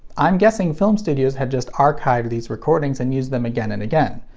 i'm guessing film studios had just archived these recordings and used them again and again.